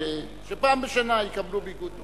שפעם בשנה יקבלו ביגוד.